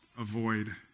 avoid